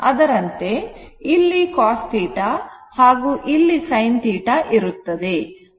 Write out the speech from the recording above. ಅದರಂತೆ ಇಲ್ಲಿ cos θ ಹಾಗೂ ಇಲ್ಲಿ sin θ ಇರುತ್ತದೆ